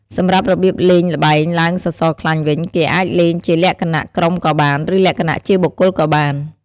សម្រាប់របៀបលេងល្បែងឡើងសសរខ្លាញ់វិញ គេអាចលេងជាលក្ខណៈក្រុមក៏បាន ឬលក្ខណៈជាបុគ្គលក៏បាន។